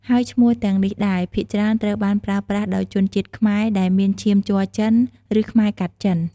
ហើយឈ្មោះទាំងនេះដែរ ភាគច្រើនត្រូវបានប្រើប្រាស់ដោយជនជាតិខ្មែរដែលមានឈាមជ័រចិន ឬខ្មែរកាត់ចិន។